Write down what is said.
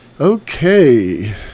Okay